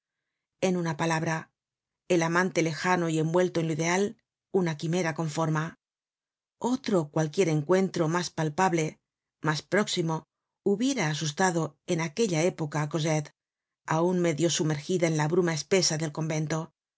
en una palabra el amante lejano y envuelto en lo ideal una quimera con forma otro cualquier encuentro mas palpable mas próximo hubiera asustado en aquella época á cosette aun medio sumergida en la bruma espesa del convento